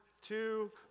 two